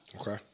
Okay